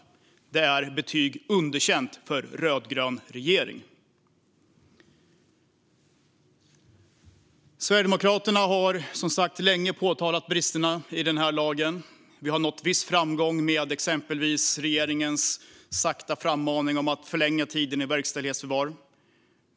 Det är betyg underkänt för den rödgröna regeringen. Sverigedemokraterna har, som sagt, länge påtalat bristerna i denna lag. Vi har nått viss framgång exempelvis med regeringens långsamma agerande för att förlänga tiden i verkställighetsförvar.